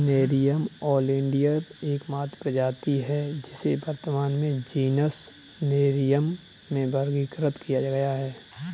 nerium oleander एकमात्र प्रजाति है जिसे वर्तमान में जीनस नेरियम में वर्गीकृत किया गया है